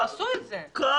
כל